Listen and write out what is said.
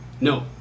No